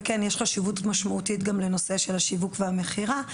וכן יש חשיבות משמעותית גם לנושא של השיווק והמכירה.